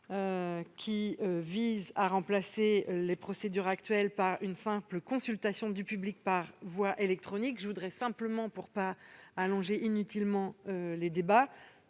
qui vise à remplacer les procédures actuelles par une simple consultation du public par voie électronique. Pour ne pas allonger inutilement les débats,